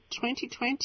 2020